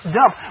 dump